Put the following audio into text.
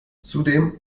zudem